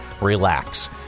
relax